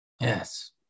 Yes